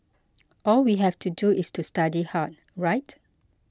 all we have to do is to study hard right